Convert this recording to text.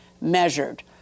measured